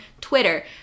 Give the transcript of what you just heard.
twitter